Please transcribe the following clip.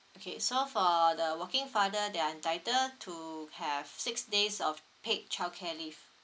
okay so for the working father they are entitled to have six days of paid childcare leave